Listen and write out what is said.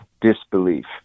disbelief